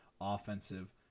offensive